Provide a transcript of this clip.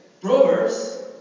Proverbs